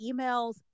emails